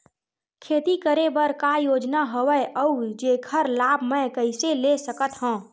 खेती करे बर का का योजना हवय अउ जेखर लाभ मैं कइसे ले सकत हव?